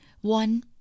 One